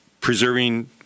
preserving